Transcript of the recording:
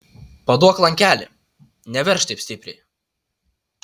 paduok lankelį neveržk taip stipriai